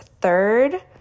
third